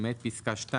למעט פסקה (2),